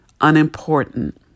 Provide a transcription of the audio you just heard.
Unimportant